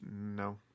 no